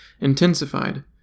intensified